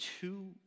two